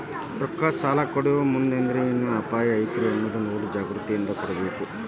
ರೊಕ್ಕಾ ಸಲಾ ಕೊಡೊಮುಂದ್ ಅದ್ರಿಂದ್ ಏನ್ ಅಪಾಯಾ ಐತಿ ಅನ್ನೊದ್ ನೊಡಿ ಜಾಗ್ರೂಕತೇಂದಾ ಕೊಡ್ಬೇಕ್